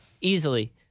easily